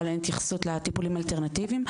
אין התייחסות לטיפולים האלטרנטיביים,